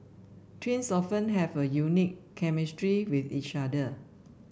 twins often have a unique chemistry with each other